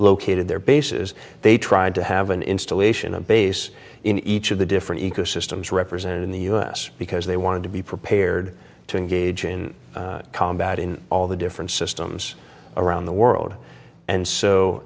located their bases they tried to have an installation a base in each of the different ecosystems represented in the u s because they wanted to be prepared to engage in combat in all the different systems around the world and so